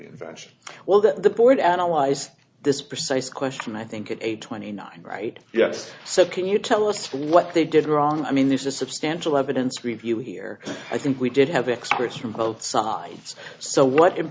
invention well that the board analyze this precise question i think it a twenty nine right yes so can you tell us what they did wrong i mean this is substantial evidence review here i think we did have experts from both sides so what in